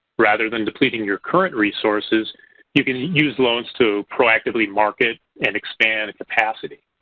rather than depleting your current resources you could use loans to proactively market and expand its capacity.